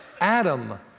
Adam